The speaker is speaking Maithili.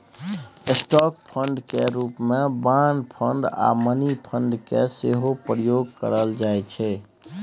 स्टॉक फंड केर रूप मे बॉन्ड फंड आ मनी फंड केर सेहो प्रयोग करल जाइ छै